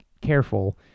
careful